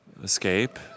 Escape